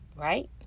Right